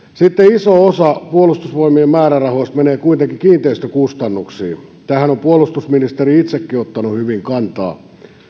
iso osa puolustusvoimien määrärahoista menee kuitenkin kiinteistökustannuksiin tähän on puolustusministeri itsekin ottanut hyvin kantaa